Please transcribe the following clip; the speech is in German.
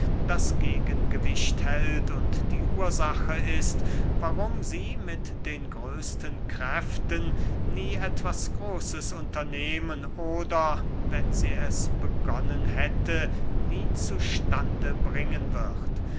das gegengewicht hält und die ursache ist warum sie mit den größten kräften nie etwas großes unternehmen oder wenn sie es begonnen hätte nie zu stande bringen wird